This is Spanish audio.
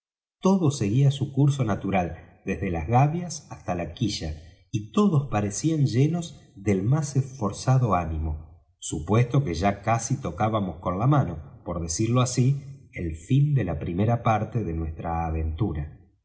todo seguía su curso natural desde las gavias hasta la quilla y todos parecían llenos del más esforzado ánimo supuesto que ya casi tocábamos con la mano por decirlo así el fin de la primera parte de nuestra aventura